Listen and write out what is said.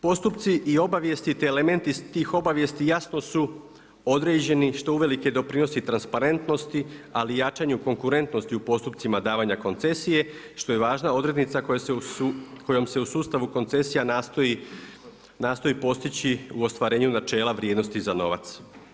Postupci i obavijesti te elementi iz tih obavijesti jasno su određeni što uvelike doprinosi transparentnosti, ali i jačanju konkurentnosti u postupcima davanja koncesije što je važna odrednica kojom se u sustavu koncesija nastoji postići u ostvarenju načela vrijednosti za novac.